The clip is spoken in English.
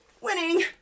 Winning